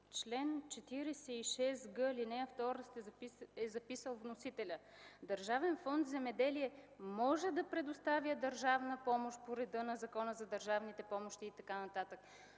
ал. 2 вносителят е записал: „Държавен фонд „Земеделие” може да предоставя държавна помощ по реда на Закона за държавните помощи” и така нататък.